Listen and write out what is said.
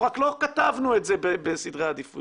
אנחנו רק לא כתבנו את זה בסדרי העדיפויות.